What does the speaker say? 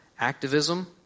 activism